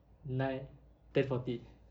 nine ten forty